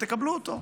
תקבלו אותו.